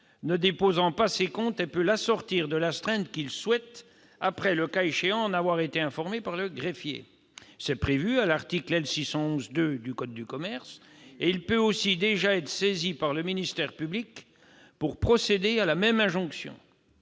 ne déposant pas ses comptes de le faire, et peut assortir cette injonction de l'astreinte qu'il souhaite après, le cas échéant, en avoir été informé par le greffier. C'est prévu à l'article L. 611-2 du code de commerce. Il peut aussi déjà être saisi par le ministère public pour procéder à la même injonction.